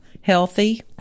healthy